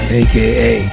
aka